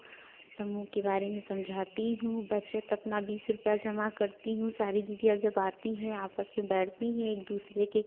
समूह के बारे में समझाती हूँ बचत अपना बीस रुपया जमा करती हूँ सारी दीदियाँ जब आती हैं आपस में बैठती हैं एक दूसरे के